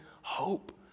hope